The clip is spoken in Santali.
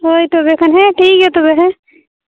ᱦᱳᱭ ᱛᱚᱵᱮᱠᱷᱟᱱ ᱦᱮᱸ ᱴᱷᱤᱠ ᱜᱮᱭᱟ ᱛᱚᱵᱮ ᱦᱮᱸ